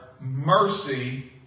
mercy